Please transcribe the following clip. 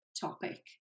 topic